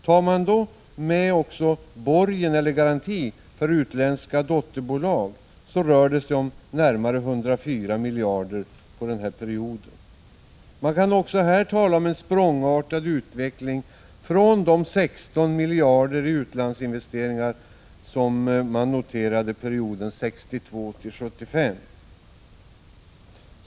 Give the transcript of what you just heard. Tar man också med borgen eller garanti för utländska dotterbolag rör det sig om närmare 104 miljarder under denna period. Man kan också här tala om en språngartad utveckling från de 16 miljarder i utlandsinvesteringar som noterades under perioden 1962-1975.